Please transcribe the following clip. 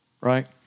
right